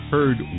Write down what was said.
Heard